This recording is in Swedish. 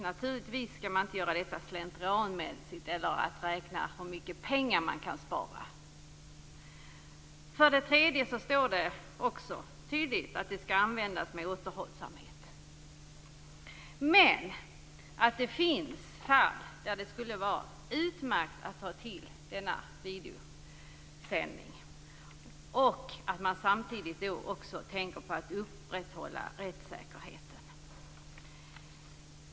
Naturligtvis skall man inte använda tekniken slentrianmässigt eller räkna på hur mycket pengar man kan spara. För det tredje sägs också tydligt att tekniken skall användas med återhållsamhet. Men det finns fall där det skulle vara utmärkt att ta till videotekniken. Samtidigt skall man tänka på att upprätthålla rättssäkerheten.